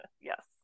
Yes